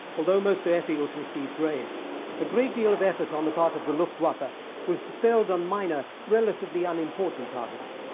although most airfields received grades, with a great deal of effort on the part of the luftwaffe ah was dispelled on minor, relatively unimportant targets.